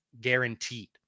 guaranteed